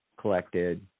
collected